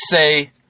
say